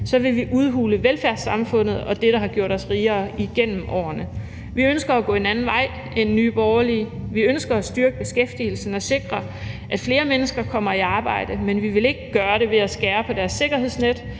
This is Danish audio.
vil vi udhule velfærdssamfundet og det, der har gjort os rigere igennem årene. Vi ønsker at gå en anden vej end Nye Borgerlige. Vi ønsker at styrke beskæftigelsen og sikre, at flere mennesker kommer i arbejde, men vi vil ikke gøre det ved at skære i deres sikkerhedsnet,